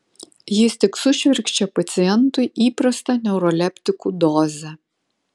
jis tik sušvirkščia pacientui įprastą neuroleptikų dozę